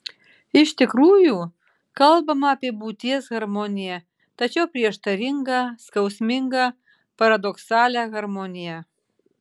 iš tikrųjų kalbama apie būties harmoniją tačiau prieštaringą skausmingą paradoksalią harmoniją